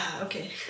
okay